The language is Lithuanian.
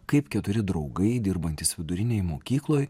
kaip keturi draugai dirbantys vidurinėj mokykloj